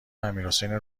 امیرحسین